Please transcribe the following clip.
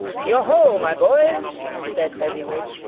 yo ho, my boys! said fezziwig.